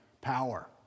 power